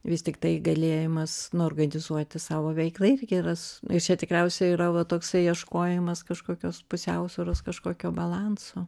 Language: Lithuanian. vis tiktai galėjimas nu organizuoti savo veiklą irgi yra čia tikriausiai yra va toksai ieškojimas kažkokios pusiausvyros kažkokio balanso